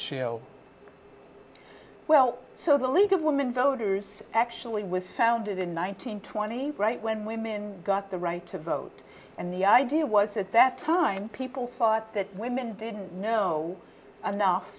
women well so the league of women voters actually was founded in one nine hundred twenty right when women got the right to vote and the idea was at that time people thought that women didn't know enough